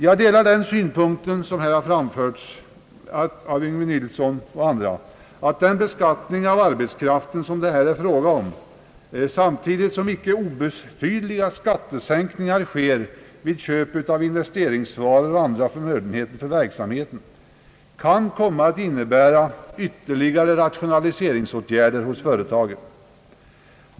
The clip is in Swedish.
Jag delar den synpunkt som här anförts av herr Yngve Nilsson och andra, att den beskattning av arbetskraften som det här är fråga om, samtidigt som icke obetydliga skattesänkningar sker vid köp av investeringsvaror och andra förnödenheter för verksamheten, kan komma att innebära ytterligare rationaliseringsåtgärder vid företagen.